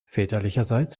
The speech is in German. väterlicherseits